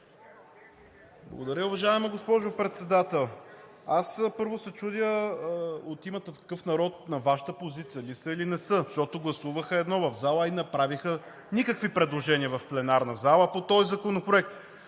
Благодаря. Уважаема госпожо Председател, аз първо се чудя – от „Има такъв народ“ на Вашата позиция ли са, или не са? Защото гласуваха едно в залата, а и не направиха никакви предложения в пленарната зала по този законопроект.